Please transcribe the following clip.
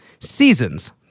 seasons